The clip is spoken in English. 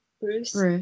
Bruce